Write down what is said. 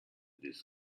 this